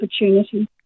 opportunity